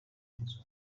nzu